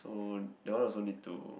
oh that one also need to